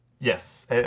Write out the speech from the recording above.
Yes